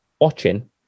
watching